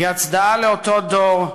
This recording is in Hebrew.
היא הצדעה לאותו דור,